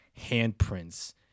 handprints